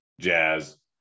Jazz